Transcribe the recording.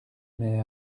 mais